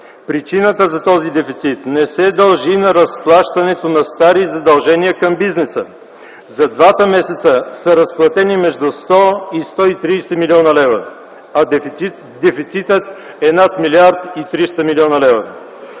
Причината за този дефицит не се дължи на разплащането на стари задължения към бизнеса. За двата месеца са разплатени между 100 и 130 млн. лв., а дефицитът е над 1 млрд. 300 млн. лв.